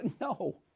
No